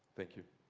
thank you.